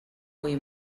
hui